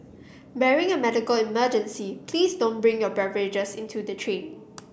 barring a medical emergency please don't bring your beverages into the train